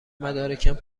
مدارکم